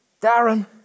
Darren